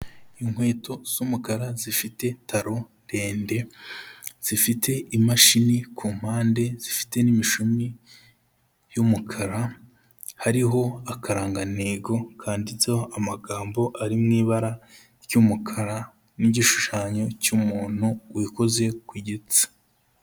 Inkweto z'umukara zifite taro ndende, zifite imashini ku mpande, zifite n'imishumi y'umukara, hariho akarangantego kanditseho amagambo ari mu ibara ry'umukara n'igishushanyo cy'umuntu wikoze ku gitsi.